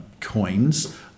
coins